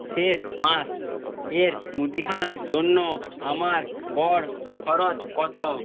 শেষ মাস এর মুদিখানার জন্য আমার গড় খরচ কত